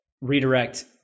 redirect